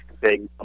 big